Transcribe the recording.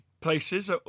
places